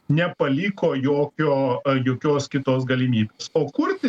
nepaliko jokio jokios kitos galimybės o kurti